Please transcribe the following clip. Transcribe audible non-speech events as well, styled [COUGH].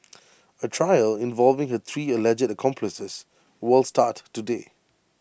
[NOISE] A trial involving her three alleged accomplices will start today